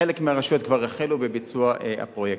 חלק מהרשויות כבר החלו בביצוע הפרויקטים.